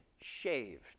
shaved